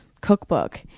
cookbook